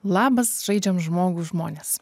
labas žaidžiam žmogų žmonės